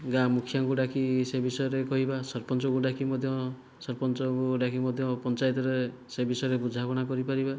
ଗାଁ ମୁଖିଆଙ୍କୁ ଡାକି ସେ ବିଷୟରେ କହିବା ସରପଞ୍ଚଙ୍କୁ ଡାକି ମଧ୍ୟ ସରପଞ୍ଚଙ୍କୁ ଡାକି ମଧ୍ୟ ପଞ୍ଚାୟତରେ ସେ ବିଷୟରେ ବୁଝାମଣା କରିପାରିବା